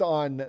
on